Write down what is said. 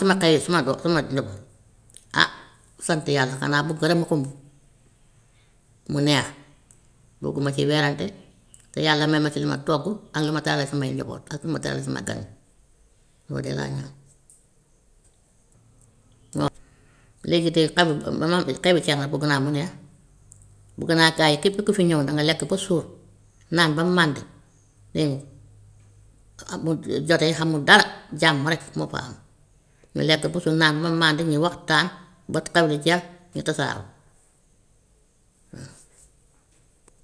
Su ma xëyee su ma doo- suma njaboot ah sant yàlla xanaa bugg rek mu xumb, mu neex, bugguma ci werante, te yàlla may ma si lu ma togg ak lu ma taalal samay njaboot ak lu ma teral sama gan yi loolu de laay ñaan. Léegi tey xew bi bu ma amee xewu céet bugg naa mu neex, bugg naa gaa yi képp ku fi ñëw, na nga lekk ba suur, naan ba mandi, dégg nga, amut jote xamut dara jàmm rek moo fa am, ñu lekk ba suur, naan ba mandi, ñu waxtaan ba xew mi jeex ñu tasaaroo.